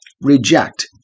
reject